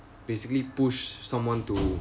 basically push someone to